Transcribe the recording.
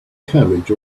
carriage